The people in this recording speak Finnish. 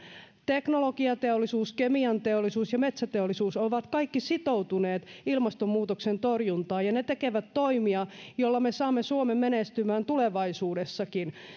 teknologiateollisuus kemianteollisuus ja metsäteollisuus ovat kaikki sitoutuneet ilmastonmuutoksen torjuntaan ja ne tekevät toimia joilla me saamme suomen menestymään tulevaisuudessakin